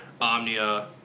Omnia